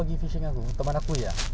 senang jer